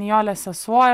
nijolės sesuo